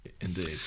indeed